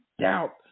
doubt